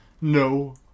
No